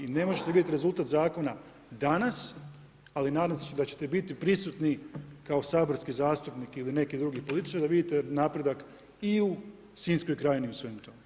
I ne možete vidjeti rezultat zakona danas, ali nadam se da ćete biti prisutni, kao saborski zastupnik ili neki drugi političar, da vidite napredak i u sinjskoj krajnji i u svemu tome.